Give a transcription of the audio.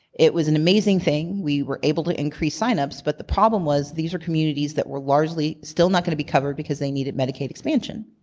it was an amazing thing. we were able to increase sign ups, but the problem was these were communities that were largely still not going to be covered because they needed medicaid expansion.